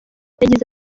yagize